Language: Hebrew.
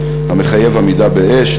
המחייב עמידה באש,